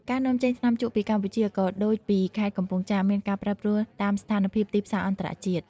ការនាំចេញថ្នាំជក់ពីកម្ពុជា ក៏ដូចពីខេត្តកំពង់ចាម មានការប្រែប្រួលតាមស្ថានភាពទីផ្សារអន្តរជាតិ។